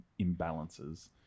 imbalances